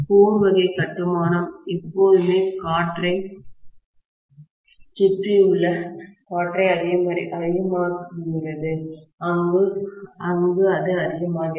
core வகை கட்டுமானம் எப்போதுமே காற்றைச் சுற்றியுள்ள காற்றை அதிகமாக்குகிறது அங்கு அது அதிகமாகிறது